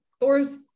Thor's